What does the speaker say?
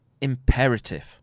imperative